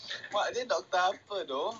for I didn't talk about food you know